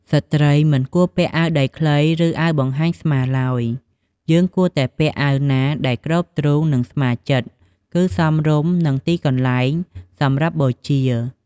ស្ត្រីមិនគួរពាក់អាវដៃខ្លីឬអាវបង្ហាញស្មាទ្បើយ យើងគួរតែពាក់អាវណាដែលគ្របទ្រូងនិងស្មាជិតគឺសមរម្យនឹងទីកន្លែងសម្រាប់បូជា។